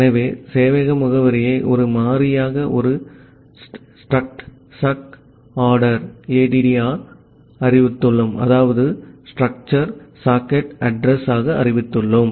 ஆகவே சேவையக முகவரியை ஒரு மாறியாக ஒரு struct sockaddr ஆக அறிவித்துள்ளோம்